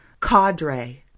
Cadre